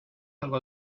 algo